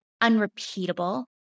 unrepeatable